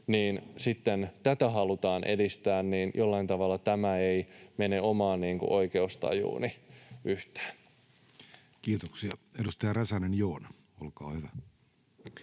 sitten tätä halutaan edistää. Jollain tavalla tämä ei mene omaan oikeustajuuni yhtään. Kiitoksia. — Edustaja Räsänen, Joona, olkaa hyvä.